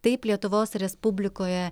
taip lietuvos respublikoje